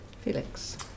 Felix